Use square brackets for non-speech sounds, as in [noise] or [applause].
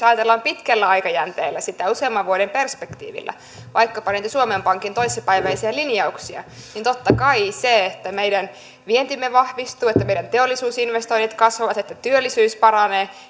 [unintelligible] ajatellaan pitkällä aikajänteellä sitä useamman vuoden perspektiivillä ja vaikkapa niitä suomen pankin toissapäiväisiä linjauksia niin totta kai se että meidän vientimme vahvistuu että meidän teollisuusinvestointimme kasvavat että työllisyys paranee